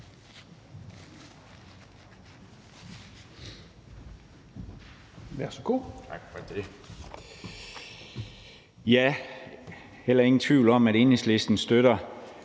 er heller ingen tvivl om, at Enhedslisten støtter